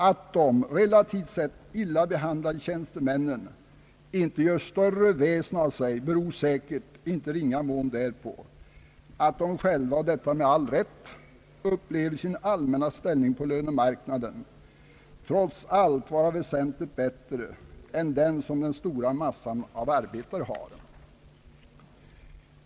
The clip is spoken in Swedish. Att de relativt sett illa behandlade tjänstemännen inte gör större väsen av sig beror säkert i inte ringa mån på att de själva — och detta med all rätt — upplever sin allmänna ställning på lönemarknaden trots allt som väsentligt bättre än den som den stora massan av arbetare har.